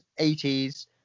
80s